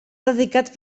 dedicat